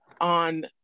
on